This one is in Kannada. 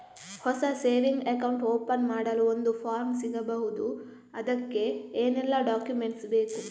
ಹೊಸ ಸೇವಿಂಗ್ ಅಕೌಂಟ್ ಓಪನ್ ಮಾಡಲು ಒಂದು ಫಾರ್ಮ್ ಸಿಗಬಹುದು? ಅದಕ್ಕೆ ಏನೆಲ್ಲಾ ಡಾಕ್ಯುಮೆಂಟ್ಸ್ ಬೇಕು?